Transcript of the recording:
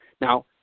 Now